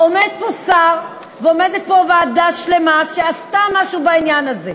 עומד פה שר ועומדת פה ועדה שלמה שעשתה משהו בעניין הזה,